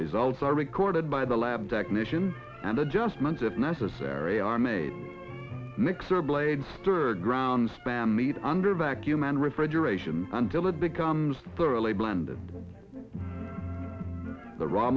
results are recorded by the lab technician and adjustments if necessary are made mixer blade stir ground spam meat under vacuum and refrigeration until it becomes thoroughly bland the raw